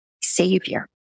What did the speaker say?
Savior